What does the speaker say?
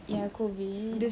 ya COVID